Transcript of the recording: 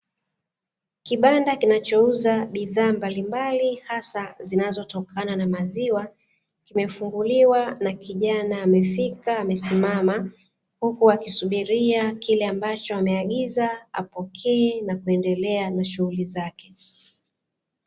Kibanda kinachouza bidhaa mbalimbali hasa zinazotokana na maziwa kimefunguliwa, kijana amefika amesimama huku akisubiria kile ambacho ameagiza apokee na kuendelea na shughuli zake.